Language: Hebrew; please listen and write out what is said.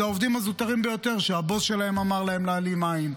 זה העובדים הזוטרים ביותר שהבוס שלהם אמר להם להעלים עין,